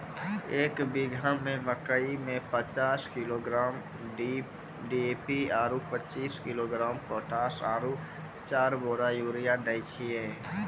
एक बीघा मे मकई मे पचास किलोग्राम डी.ए.पी आरु पचीस किलोग्राम पोटास आरु चार बोरा यूरिया दैय छैय?